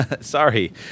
sorry